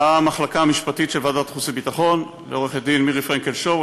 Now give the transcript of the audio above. למחלקה המשפטית של ועדת החוץ והביטחון: לעורכת-דין מירי פרנקל-שור,